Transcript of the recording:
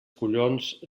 collons